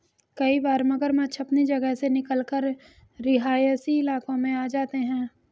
कई बार मगरमच्छ अपनी जगह से निकलकर रिहायशी इलाकों में आ जाते हैं